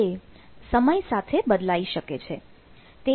જો આ પ્રકારની કોઈ ખાતરી ન હોય તો